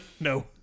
No